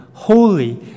holy